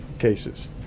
Cases